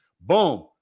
Boom